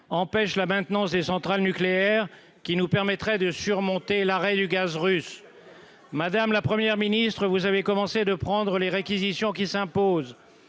empêchent la maintenance des centrales nucléaires qui nous permettrait de surmonter l'arrêt du gaz russe Madame la première ministre, vous avez commencé de prendre les réquisitions qui s'impose,